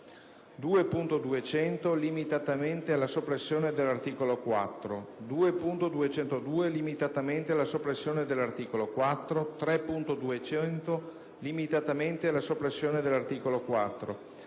2.200 (limitatamente alla soppressione dell'articolo 4),